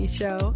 show